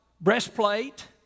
breastplate